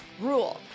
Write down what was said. rule